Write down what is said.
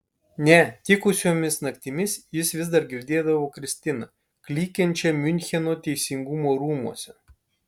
ne tikusiomis naktimis jis vis dar girdėdavo kristiną klykiančią miuncheno teisingumo rūmuose